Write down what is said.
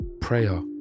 prayer